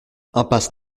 impasse